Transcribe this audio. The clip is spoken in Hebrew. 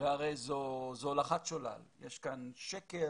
זאת הולכת שולל ויש כאן שקר